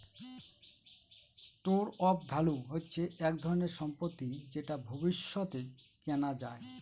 store of value হচ্ছে এক ধরনের সম্পত্তি যেটা ভবিষ্যতে কেনা যায়